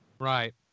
right